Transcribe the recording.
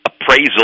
appraisal